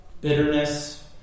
bitterness